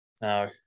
No